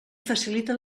facilita